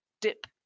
dip